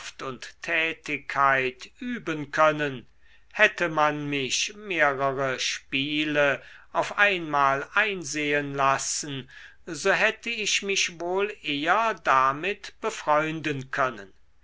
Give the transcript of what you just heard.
und tätigkeit üben können hätte man mich mehrere spiele auf einmal einsehen lassen so hätte ich mich wohl eher damit befreunden können